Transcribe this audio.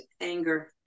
anger